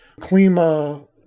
Klima